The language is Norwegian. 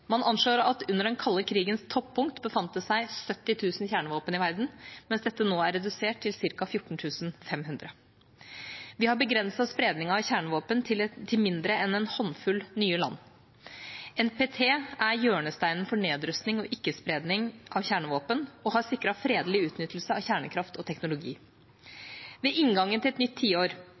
Man anslår at under den kalde krigens toppunkt befant det seg 70 000 kjernevåpen i verden, mens dette nå er redusert til ca. 14 500. Vi har begrenset spredningen av kjernevåpen til mindre enn en håndfull nye land. NPT er hjørnesteinen for nedrustning og ikke-spredning av kjernevåpen og har sikret fredelig utnyttelse av kjernekraft og -teknologi. Ved inngangen til et nytt tiår